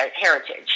heritage